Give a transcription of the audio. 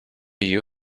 you